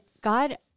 God